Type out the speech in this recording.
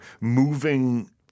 moving